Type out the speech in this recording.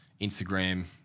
Instagram